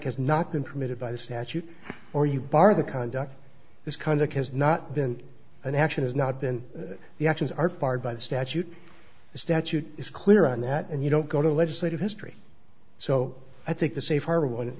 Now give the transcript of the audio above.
has not been committed by statute or you bar the conduct this kind of has not been an action has not been the actions are part by the statute the statute is clear on that and you don't go to legislative history so i think the safe ar